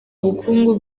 ubukungu